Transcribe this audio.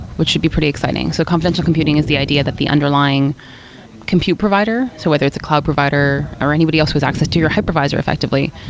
which should be pretty exciting. so confidential computing is the idea that the underlying compute provider, so whether it's a cloud provider, or anybody else who has access to your hypervisor effectively,